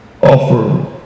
offer